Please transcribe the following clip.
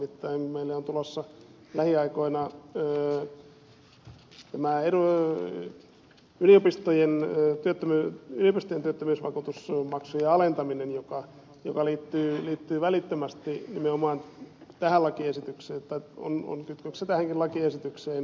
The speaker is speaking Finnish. nimittäin meille on tulossa lähiaikoina yliopistojen työttömyysvakuutusmaksujen alentaminen joka liittyy välittömästi nimenomaan tähän lakiesitykseen on kytköksissä tähänkin lakiesitykseen